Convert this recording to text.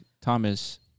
Thomas